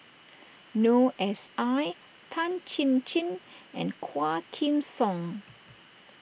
Noor S I Tan Chin Chin and Quah Kim Song